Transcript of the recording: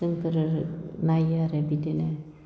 जोंफोरो नायो आरो बिदिनो